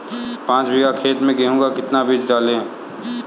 पाँच बीघा खेत में गेहूँ का कितना बीज डालें?